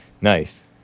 Nice